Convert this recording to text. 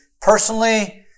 personally